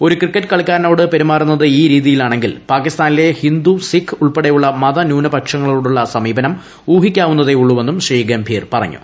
ഒരു ക്രിക്കറ്റ് കളിക്കാരനോട് പെരുമാറുന്നത് ഈ രീതിയിലാണെങ്കിൽ പാകിസ്ഥാനിലെ ഹിന്ദു സിഖ് ഉൾപ്പെടെയുള്ള മത ന്യൂനപക്ഷങ്ങളോടുള്ള സമീപനം ഊഹിക്കാവുന്നതേ ഉള്ളൂവെന്നും ശ്രീ ഗംഭീർ പറഞ്ഞു